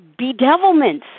bedevilments